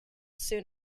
soon